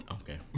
Okay